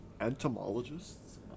entomologists